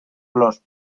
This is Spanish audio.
los